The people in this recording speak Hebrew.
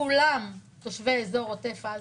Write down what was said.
כולם תושבי אזור עוטף עזה.